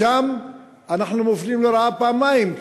שם אנחנו מופלים לרעה פעמיים,